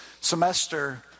semester